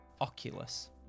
Oculus